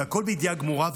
והכול בידיעה גמורה,